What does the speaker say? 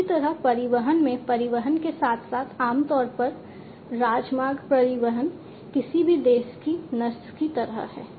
इसी तरह परिवहन में परिवहन के साथ साथ आमतौर पर राजमार्ग परिवहन किसी भी देश की नस की तरह है